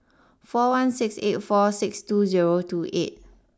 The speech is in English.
four one six eight four six two zero two eight